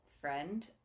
friend